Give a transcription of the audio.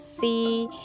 see